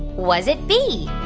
was it b,